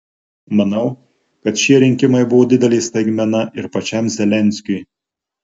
manau kad šie rinkimai buvo didelė staigmena ir pačiam zelenskiui